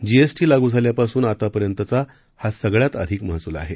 GST लागू झाल्यापासून आतापर्यंतचा हा सगळ्यात अधिक महसूल आहे